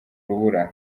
rubura